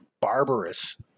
barbarous